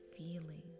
feeling